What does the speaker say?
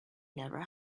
never